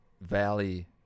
valley